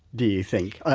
do you think,